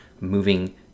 moving